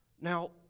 Now